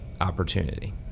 opportunity